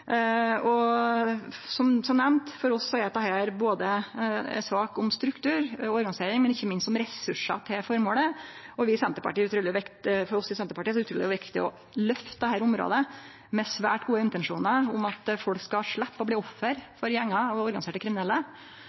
Som nemnt, for oss er dette ei sak om struktur og organisering, men ikkje minst om ressursar til formålet. For oss i Senterpartiet er det utruleg viktig å løfte dette området med svært gode intensjonar om at folk skal sleppe å bli offer for gjengar og organiserte kriminelle,